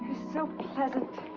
so pleasant.